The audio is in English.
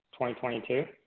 2022